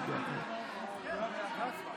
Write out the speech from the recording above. אתה מצביע על להעביר את זה לוועדה.